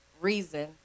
reason